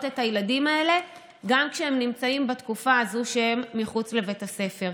את הילדים האלה גם כשהם נמצאים בתקופה הזו שהם מחוץ לבית הספר.